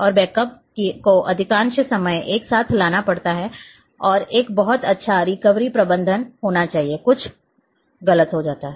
और बैकअप को अधिकांश समय एक साथ लेना पड़ता है और एक बहुत अच्छा रिकवरी प्रबंधन होना चाहिए कुछ गलत हो जाता है